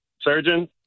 Surgeon